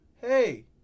hey